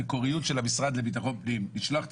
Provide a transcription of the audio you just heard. המקוריות של המשרד לביטחון פנים לשלוח את